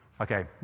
Okay